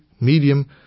medium